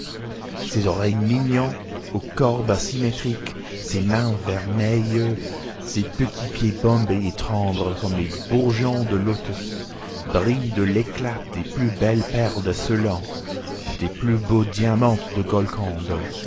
ses oreilles mignonnes aux courbes symétriques ses mains vermeilles ses petits pieds bombés et tendres comme les bourgeons du lotus brillent de l'éclat des plus belles perles de ceylan des plus beaux diamants de golconde